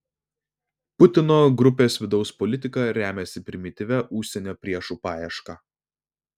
putino grupės vidaus politika remiasi primityvia užsienio priešų paieška